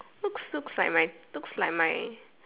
looks looks like my looks like my